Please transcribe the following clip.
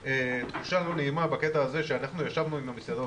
תחושה לא נעימה בקטע הזה שישבנו עם המסעדות,